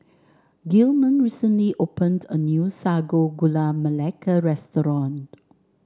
Gilman recently opened a new Sago Gula Melaka restaurant